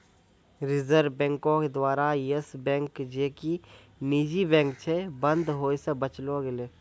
reserve बैंको द्वारा Yes Bank जे कि निजी बैंक छै, बंद होय से बचैलो गेलै